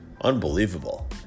Unbelievable